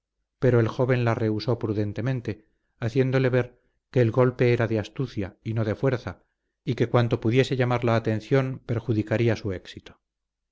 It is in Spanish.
pero el joven la rehusó prudentemente haciéndole ver que el golpe era de astucia y no de fuerza y que cuanto pudiese llamar la atención perjudicaría su éxito